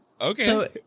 Okay